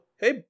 hey